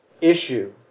issue